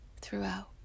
throughout